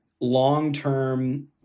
long-term